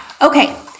Okay